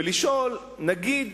ולשאול: נגיד